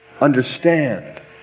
understand